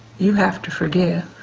you have to forgive.